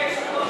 לאן זה עבר?